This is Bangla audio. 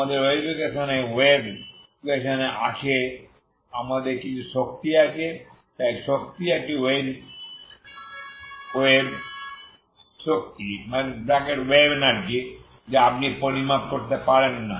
আমাদের ওয়েভ ইকুয়েশন এ আছে আমাদের কিছু শক্তি আছে তাই শক্তি একটি ওয়েভ শক্তি যা আপনি পরিমাপ করতে পারেন না